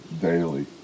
Daily